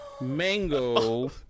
mango